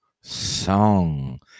Song